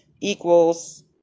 equals